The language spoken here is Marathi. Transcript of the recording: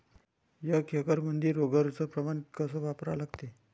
एक एकरमंदी रोगर च प्रमान कस वापरा लागते?